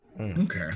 Okay